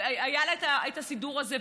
היה לה הסידור הזה,